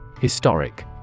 Historic